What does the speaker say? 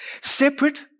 Separate